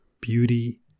beauty